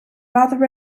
rather